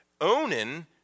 Onan